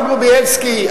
אמרו: בילסקי,